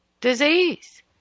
disease